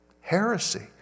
heresy